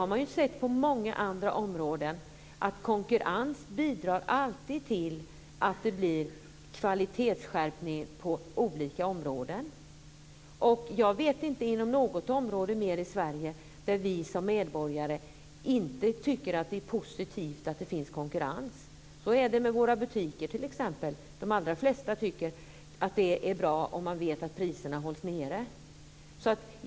Man har ju sett på många andra områden att konkurrens alltid bidrar till att det blir kvalitetsskärpning på olika områden. Jag vet inte något annat område i Sverige där vi som medborgare inte tycker att det är positivt att det finns konkurrens. Så är det med t.ex. våra butiker. De allra flesta tycker att det är bra om man vet att priserna hålls nere.